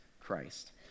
Christ